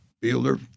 Fielder